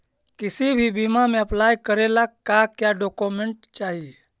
किसी भी बीमा में अप्लाई करे ला का क्या डॉक्यूमेंट चाही?